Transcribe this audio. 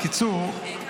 טוב.